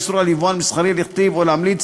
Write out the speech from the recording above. איסור על יבואן מסחרי להכתיב או להמליץ